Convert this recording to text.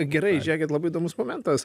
gerai žiūrėkit labai įdomus momentas